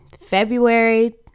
February